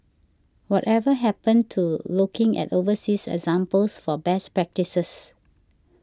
whatever happened to looking at overseas examples for best practices